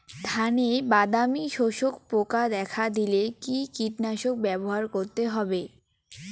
ধানে বাদামি শোষক পোকা দেখা দিলে কি কীটনাশক ব্যবহার করতে হবে?